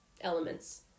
elements